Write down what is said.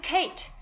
Kate